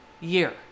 year